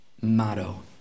motto